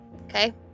okay